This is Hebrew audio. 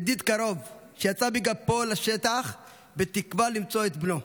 ידיד קרוב, שיצא בגפו לשטח בתקווה למצוא את בנו: